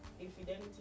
infidelity